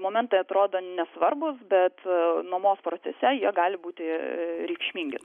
momentai atrodo nesvarbūs bet nuomos procese jie gali būti reikšmingi